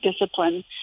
discipline